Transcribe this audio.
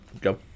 go